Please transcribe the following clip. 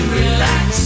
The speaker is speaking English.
relax